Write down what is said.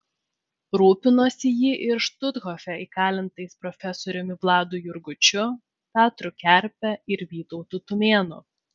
rūpinosi ji ir štuthofe įkalintais profesoriumi vladu jurgučiu petru kerpe ir vytautu tumėnu